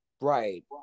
Right